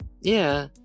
yeah